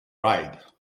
ride